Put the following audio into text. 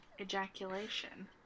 ejaculation